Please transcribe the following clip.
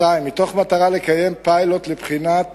במטרה לקיים פיילוט לבחינת